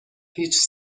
هیچ